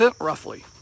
roughly